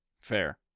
Fair